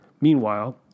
Meanwhile